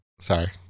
Sorry